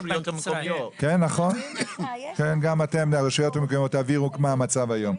גם אתם והרשויות המקומיות תעבירו מה קיים היום.